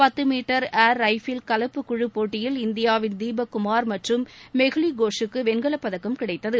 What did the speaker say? பத்து metre air rifle கலப்பு குழு போட்டியில் இந்தியாவின் தீபக் குமார் மற்றும் மெகுவி கோஷூக்கு வெண்கலப் பதக்கம் கிடைத்தது